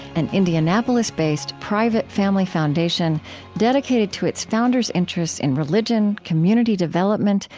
an indianapolis-based, private family foundation dedicated to its founders' interests in religion, community development,